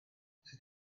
sut